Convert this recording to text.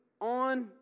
on